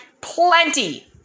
Plenty